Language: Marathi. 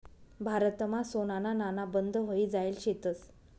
भारतमा सोनाना नाणा बंद व्हयी जायेल शेतंस